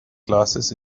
glasses